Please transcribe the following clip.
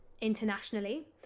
internationally